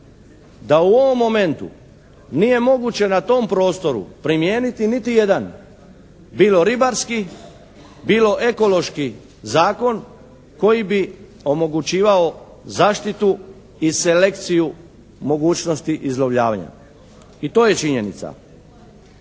Da u ovom momentu nije moguće na tom prostoru primijeniti niti jedan bilo ribarski, bilo ekološki zakon koji bi omogućavao zaštitu i selekciju mogućnosti izlovljavanja i to je činjenica.